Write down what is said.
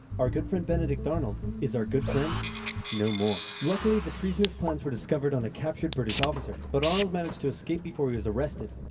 our good friend benedict arnold is our good friend no more. more. luckily, the treasonous plans were discovered on a captured british officer, but arnold managed to escape before he was arrested.